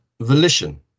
Volition